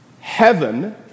heaven